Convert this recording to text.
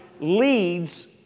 leads